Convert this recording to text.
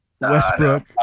Westbrook